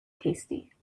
tasty